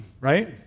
right